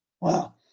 Wow